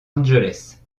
angeles